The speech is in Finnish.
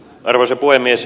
arvoisa puhemies